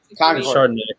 Chardonnay